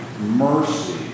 mercy